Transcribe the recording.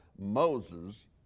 Moses